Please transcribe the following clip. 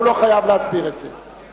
הוא לא חייב להסביר את זה,